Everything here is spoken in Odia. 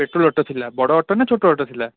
ପେଟ୍ରୋଲ ଅଟୋ ଥିଲା ବଡ଼ ଅଟୋ ନା ଛୋଟ ଅଟୋ ଥିଲା